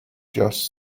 just